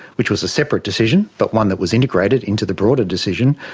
which was a separate decision but one that was integrated into the broader decision,